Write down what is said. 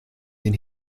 den